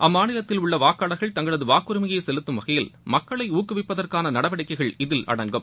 அம்மாநிலத்தில் உள்ள வாக்காளர்கள் தங்களது வாக்குரிமையை செலுத்தும் வகையில் மக்களை ஊக்குவிப்பதற்கான நடவடிக்கைகள் இதில் அடங்கும்